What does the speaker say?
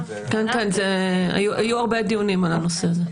כן, כן, היו הרבה דיונים על הנושא הזה.